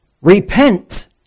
Repent